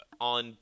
On